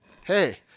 Hey